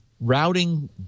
routing